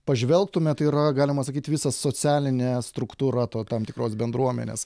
pažvelgtume tai yra galima sakyt visa socialinė struktūra tam tikros bendruomenės